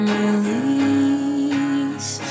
release